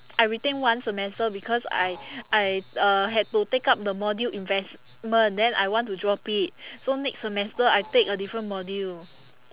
I retain one semester because I I uh had to take up the module investment then I want to drop it so next semester I take a different module